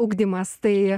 ugdymas tai